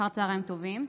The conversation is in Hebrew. אחר צוהריים טובים.